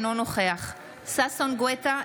אינו נוכח ששון ששי גואטה,